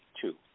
two